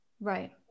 right